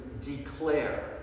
declare